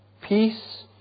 peace